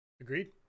agreed